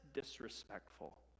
disrespectful